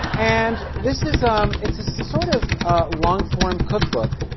and this is, um it's a sort of long-form cookbook